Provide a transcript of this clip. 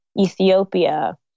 Ethiopia